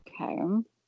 Okay